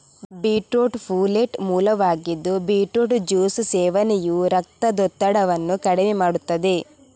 beetroot folate ಮೂಲವಾಗಿದ್ದು beetroot juice ಸೇವನೆಯು ರಕ್ತದೊತ್ತಡವನ್ನು ಕಡಿಮೆ ಮಾಡುತ್ತದೆ